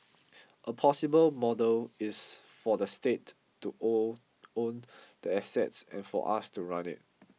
a possible model is for the state to own own the assets and for us to run it